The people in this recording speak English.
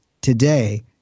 today